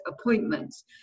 appointments